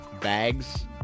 bags